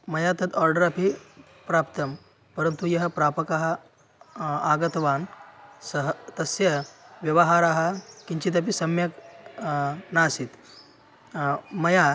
मया तत् आर्डर् अपि प्राप्तं परन्तु यः प्रापकः आगतवान् सः तस्य व्यवहारः किञ्चिदपि सम्यक् नासीत् मया